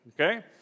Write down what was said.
Okay